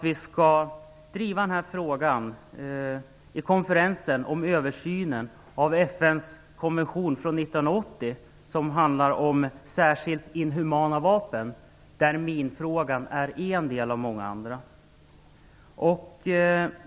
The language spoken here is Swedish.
Vi skall driva frågan i konferensen om översyn av FN:s konvention från 1980, som handlar om särskilt inhumana vapen, där minfrågan är en av många andra.